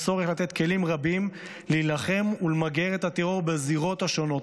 יש צורך לתת כלים רבים להילחם בטרור ולמגר אותו בזירות השונות,